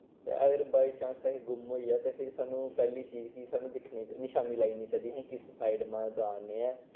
ते अगर by chance असी गुम्म होई जा ते फ्ही साणु पैह्ली चीज कि साणु दिक्खने च निशानी लाई ओड़नी चाहिदी असी किस साइड न जा ने ऐं